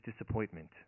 disappointment